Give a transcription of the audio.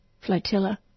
Flotilla